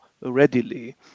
readily